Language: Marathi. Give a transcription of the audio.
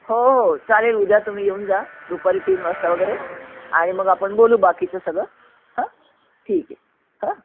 हो हो चालेल उद्या तुम्ही येऊन जा दुपारी तीन वाजता वगैरे आणि मग आपण बोलू बाकीचं सगळं हं ठीक आहे हां